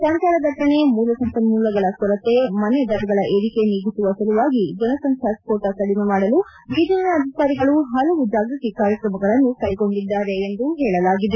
ಸಂಚಾರ ದಟ್ಟಣೆ ಮೂಲ ಸಂಪನ್ಮೂಲಗಳ ಕೊರತೆ ಮನೆ ದರಗಳ ಏರಿಕೆ ನೀಗಿಸುವ ಸಲುವಾಗಿ ಜನಸಂಖ್ಯಾಸ್ಸೋಟ ಕಡಿಮೆ ಮಾಡಲು ಬೀಜಿಂಗ್ನ ಅಧಿಕಾರಿಗಳು ಹಲವು ಜಾಗ್ಪತಿ ಕ್ರಮಗಳನ್ನು ಕೈಗೊಂಡಿದ್ದಾರೆ ಎಂದು ಹೇಳಲಾಗಿದೆ